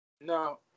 No